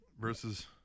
versus